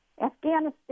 Afghanistan